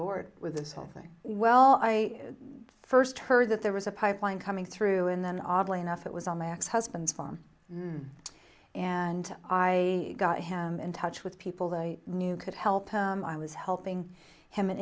board with this whole thing well i first heard that there was a pipeline coming through and then oddly enough it was on my ex husband's farm and i got him in touch with people that i knew could help i was helping him in